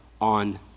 on